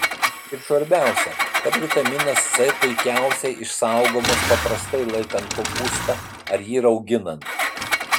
ir svarbiausia kad vitaminas c puikiausiai išsaugomas paprastai laikant kopūstą ar jį rauginant